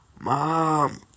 Mom